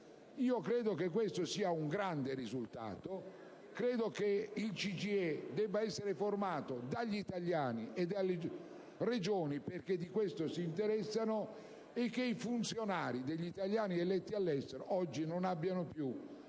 Credo sia un grande risultato, e penso che il CGIE debba essere formato dagli italiani e dalle Regioni, perché questo è il loro interesse, e che i funzionari degli italiani eletti all'estero oggi non abbiano più